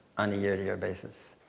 on a year-to-year basis.